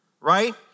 Right